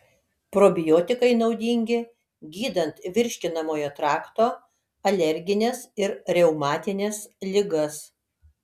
probiotikai naudingi gydant virškinamojo trakto alergines ir reumatines ligas